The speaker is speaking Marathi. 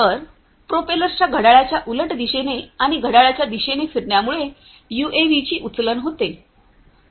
तर या प्रोपेलर्सच्या घड्याळाच्या उलट दिशेने आणि घड्याळाच्या दिशेने फिरण्यामुळे युएव्हीची उचलन होते